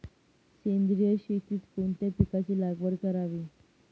सेंद्रिय शेतीत कोणत्या पिकाची लागवड करावी?